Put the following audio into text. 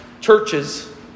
Churches